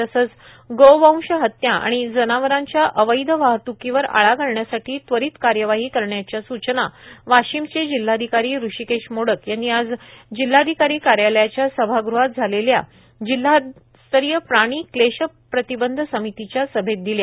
तसंच गोवंश हत्या आर्ाण जनावरांच्या अवैध वाहत्कांवर आळा घालण्यासाठी त्व्रारत कायवाही करण्याच्या सूचना वाशीमचे जिल्हाधिकारी हृषीकेश मोडक यांनी आज जिल्हाधिकारां कायालयाच्या सभागृहात झालेल्या जिल्हास्तरांय प्राणी क्लेशप्रातबंध सर्ममतीच्या सभेत दिल्या